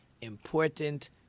important